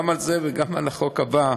גם על זה וגם על החוק הבא,